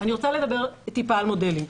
אני רוצה לדבר מעט על מודלים.